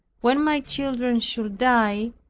when my children should die,